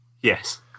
Yes